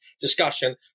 discussion